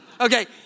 okay